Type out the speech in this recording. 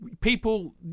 people